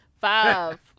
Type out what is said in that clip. Five